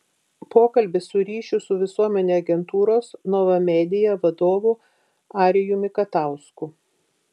pokalbis su ryšių su visuomene agentūros nova media vadovu arijumi katausku